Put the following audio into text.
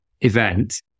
event